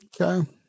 Okay